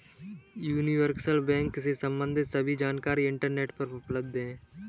universal bank से सम्बंधित सभी जानकारी इंटरनेट पर उपलब्ध है